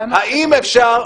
ממה נפשך,